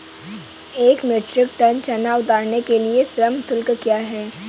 एक metric tonne चना उतारने के लिए श्रम शुल्क क्या है?